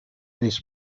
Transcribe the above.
this